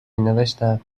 مینوشتم